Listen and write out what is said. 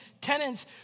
tenants